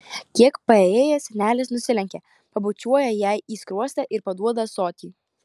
kiek paėjėjęs senelis nusilenkia pabučiuoja jai į skruostą ir paduoda ąsotį